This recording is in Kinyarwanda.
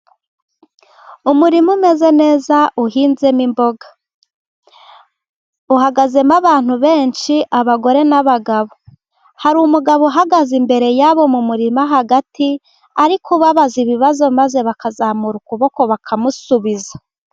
Umurima umeze neza uhinzemo imboga, uhagazemo abantu benshi abagore n'abagabo, hari umugabo uhagaze imbere yabo mu murima hagati ari kubabaza ibibazo maze bakazamura ukuboko bakamusubiza.